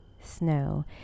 snow